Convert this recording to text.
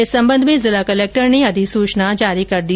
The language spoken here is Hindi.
इस संबंध में जिला कलैक्टर ने अधिसूचना जारी कर दी